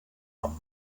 nom